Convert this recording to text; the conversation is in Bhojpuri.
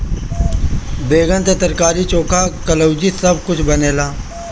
बैगन से तरकारी, चोखा, कलउजी सब कुछ बनेला